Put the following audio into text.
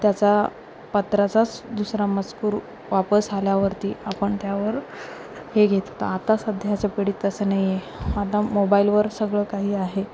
त्याचा पत्राचाच दुसरा मजकूर वापस आल्यावरती आपण त्यावर हे घेत होतो आता सध्याच्या पिढीत तसं नाही आहे आता मोबाईलवर सगळं काही आहे